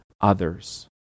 others